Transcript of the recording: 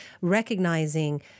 recognizing